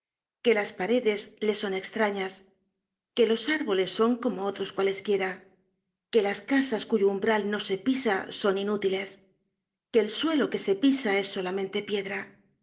que las paredes le son estrañas que los árboles son conlo otros cualesquiera que las casas cuyo umbral no se pisa son inútiles que el suelo que se pisa es solamente piedra